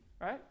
right